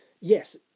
Yes